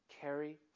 carry